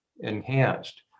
enhanced